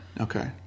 Okay